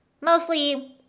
mostly